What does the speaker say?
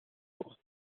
droit